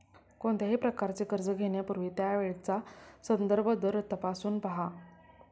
कोणत्याही प्रकारचे कर्ज घेण्यापूर्वी त्यावेळचा संदर्भ दर तपासून पहा